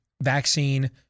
vaccine